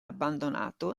abbandonato